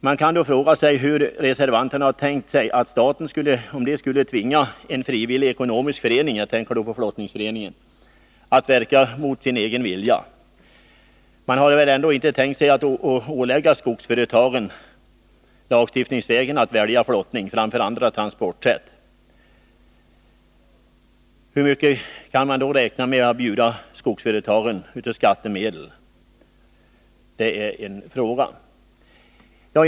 Man kan fråga sig hur reservanterna har tänkt sig att staten skulle tvinga en frivillig ekonomisk förening — jag tänker på en flottningsförening — att verka mot sin egen vilja. Man har väl inte tänkt att ålägga skogsföretagen lagstiftningsvägen att välja flottning framför andra transportsätt. Hur mycket räknar man då med att erbjuda skogsföretagen av skattemedel — det är frågan.